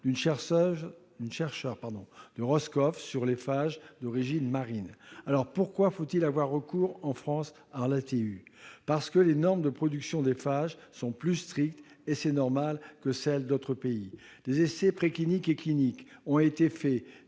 en cours d'une chercheure de Roscoff sur les phages d'origine marine. Pourquoi faut-il avoir recours, en France, à l'ATU ? Parce que les normes de production des phages sont plus strictes, et c'est normal, que celles d'autres pays. Des essais précliniques et cliniques ont été faits,